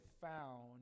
found